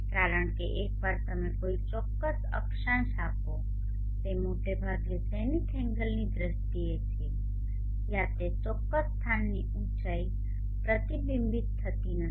કારણ કે એકવાર તમે કોઈ ચોક્કસ અક્ષાંશ આપો તે મોટે ભાગે ઝેનિથ એંગલની દ્રષ્ટિએ છે જ્યાં તે ચોક્કસ સ્થાનની ઉંચાઇ પ્રતિબિંબિત થતી નથી